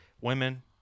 women